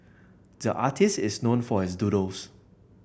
the artist is known for his doodles